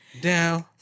Down